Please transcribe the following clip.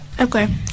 Okay